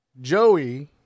Joey